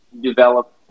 develop